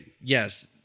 Yes